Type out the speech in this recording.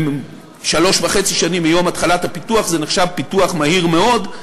שלוש שנים וחצי מיום התחלת הפיתוח זה נחשב פיתוח מהיר מאוד,